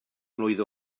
mlwydd